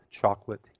chocolate